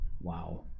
wow